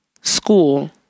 school